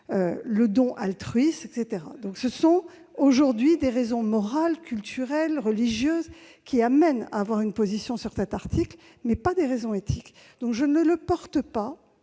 le don altruiste. Et l'anonymat ! Ce sont aujourd'hui des raisons morales, culturelles ou religieuses qui fondent une position sur cet article, mais pas des raisons éthiques. Je ne porte pas